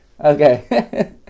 Okay